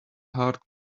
heart